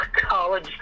college